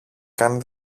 καν